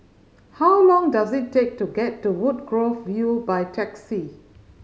how long does it take to get to Woodgrove View by taxi